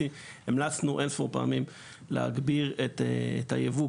המלצנו אין ספור פעמים להגביר את היבוא,